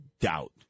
doubt